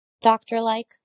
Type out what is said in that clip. doctor-like